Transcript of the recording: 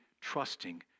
trusting